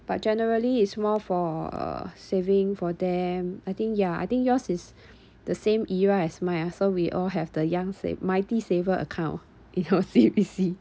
but generally is more for uh saving for them I think yeah I think yours is the same era as mine ah so we all have the young sav~ mighty saver account in O_C_B_C